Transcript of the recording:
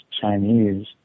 Chinese